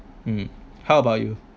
mm how about you